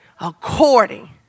according